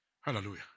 Hallelujah